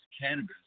cannabis